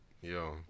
yo